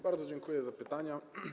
Bardzo dziękuję za pytania.